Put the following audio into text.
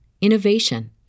innovation